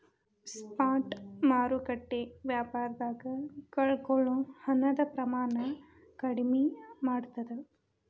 spot ಮಾರುಕಟ್ಟೆ ವ್ಯಾಪಾರದಾಗ ಕಳಕೊಳ್ಳೊ ಹಣದ ಪ್ರಮಾಣನ ಕಡ್ಮಿ ಮಾಡ್ತದ